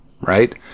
right